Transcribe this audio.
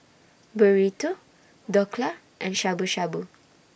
Burrito Dhokla and Shabu Shabu